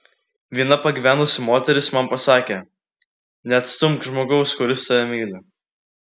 viena pagyvenusi moteris man pasakė neatstumk žmogaus kuris tave myli